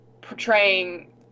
portraying